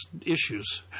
issues